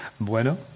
Bueno